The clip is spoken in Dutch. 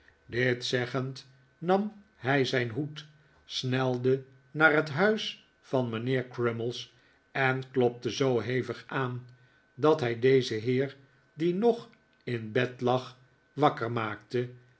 dit zeggend nam hij zijn hoed snelde naar het huis van mijnheer crummies en klopte zoo heftig aan dat hij dezen heer die nog in bed lag wakker maakte